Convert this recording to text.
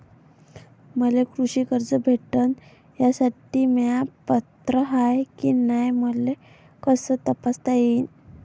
मले कृषी कर्ज भेटन यासाठी म्या पात्र हाय की नाय मले कस तपासता येईन?